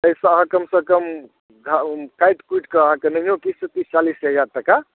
ताहिसँ अहाँ कमसँ कम घा काटि कुटि कऽ नहिओ किछु तीस चालीस हजार टाका